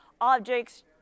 objects